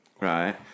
right